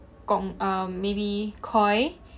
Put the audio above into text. Gong~ err maybe koi